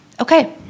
okay